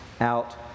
out